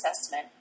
assessment